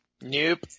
Nope